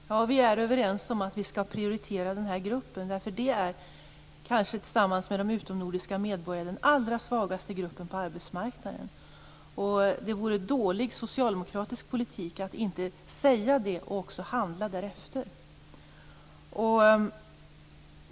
Herr talman! Ja vi är överens om att prioritera den här gruppen. Den är kanske tillsammans med de utomnordiska medborgarna den allra svagaste gruppen på arbetsmarknaden. Det vore dålig socialdemokratisk politik att inte säga det liksom att inte handla därefter.